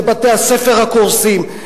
לבתי-הספר הקורסים,